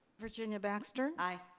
virginia baxter? aye.